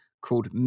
called